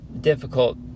difficult